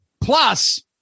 Plus